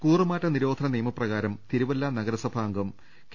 കൂറുമാറ്റ നിരോധന നിയമപ്രകാരം തിരുവല്ല നഗരസഭാ അംഗം കെ